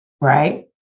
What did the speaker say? right